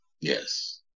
Yes